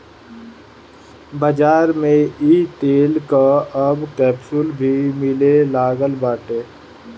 बाज़ारी में इ तेल कअ अब कैप्सूल भी मिले लागल बाटे